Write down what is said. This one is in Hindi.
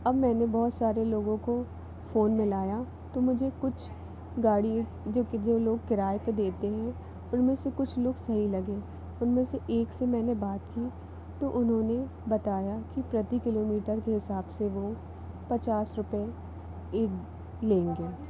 अब मैंने बहुत सारे लोगों को फ़ोन मिलाया तो मुझे कुछ गाड़ी जो कि जो लोग किराए पे देते हैं उनमें से कुछ लोग सही लगे उनमें से एक से मैंने बात की तो उन्होंने बताया कि प्रति किलोमीटर के हिसाब से वो पचास रुपए लेंगे